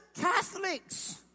Catholics